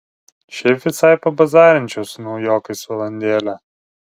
šiaip visai pabazarinčiau su naujokais valandėlę